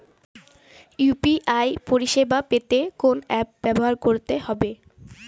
UPI পরিসেবা পেতে কোন অ্যাপ ব্যবহার করতে হবে?